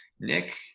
nick